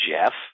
Jeff